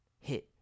hit